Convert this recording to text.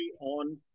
on